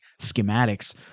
schematics